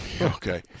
Okay